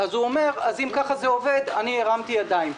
הוא אומר: אם כך זה עובד אז אני הרמתי ידיים.